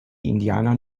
indianer